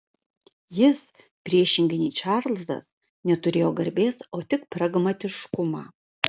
jis priešingai nei čarlzas neturėjo garbės o tik pragmatiškumą